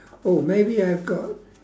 oh maybe I've got